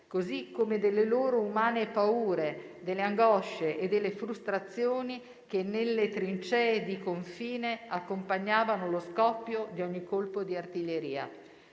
così come delle loro umane paure, delle angosce e delle frustrazioni che nelle trincee di confine accompagnavano lo scoppio di ogni colpo di artiglieria.